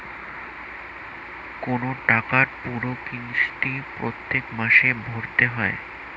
কোন টাকার পুরো কিস্তি প্রত্যেক মাসে ভরতে হয়